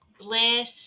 bliss